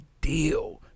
deal